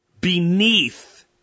beneath